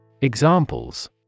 Examples